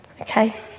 Okay